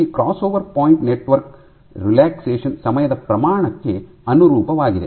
ಈ crossover point network ನ relaxation ಸಮಯದ ಪ್ರಮಾಣಕ್ಕೆ ಅನುರೂಪವಾಗಿದೆ